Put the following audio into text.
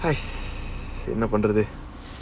என்னபண்ணறது:enna pannrathu